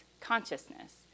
consciousness